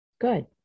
Good